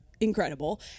incredible